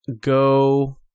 go